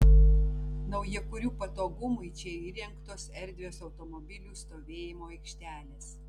naujakurių patogumui čia įrengtos erdvios automobilių stovėjimo aikštelės